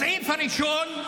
הסעיף הראשון,